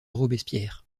robespierre